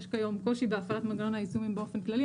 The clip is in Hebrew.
יש היום קושי בהפעלת מנגנון היישומים באופן כללי,